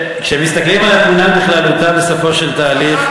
כשמסתכלים על התמונה בכללותה, בסופו של תהליך,